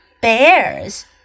Bears